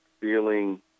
feeling